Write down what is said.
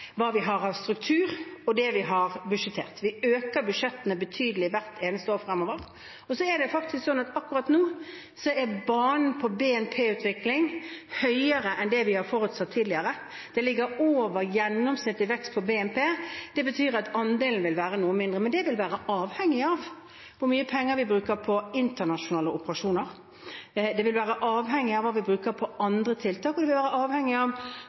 hva vi har av struktur, og det vi har budsjettert. Vi øker budsjettene betydelig hvert eneste år fremover. Akkurat nå er banen for BNP-utviklingen høyere enn hva vi har forutsatt tidligere. Den ligger over gjennomsnittlig vekst på BNP, og det betyr at andelen vil være noe mindre. Men det vil være avhengig av hvor mye penger vi bruker på internasjonale operasjoner, hva vi bruker på andre tiltak, og